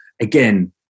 Again